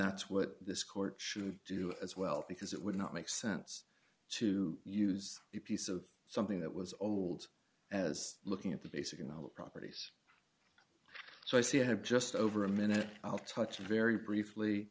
that's what this court should do as well because it would not make sense to use a piece of something that was old as looking at the basic and all the properties so i see you have just over a minute i'll touch very briefly